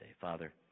Father